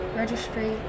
registry